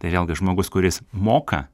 tai vėlgi žmogus kuris moka